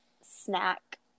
snack